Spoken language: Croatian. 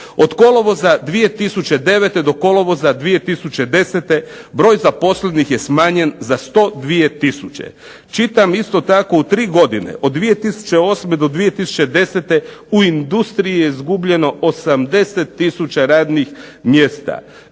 od kolovoza 2009. do kolovoza 2010. broj zaposlenih je smanjen za 102 tisuće. Čitam isto tako, u tri godine od 2008. do 2010. u industriji je izgubljeno 80 tisuća radnih mjesta.